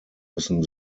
müssen